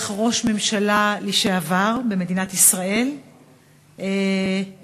ראש ממשלה לשעבר במדינת ישראל לבית-הסוהר,